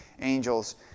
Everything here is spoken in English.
angels